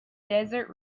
desert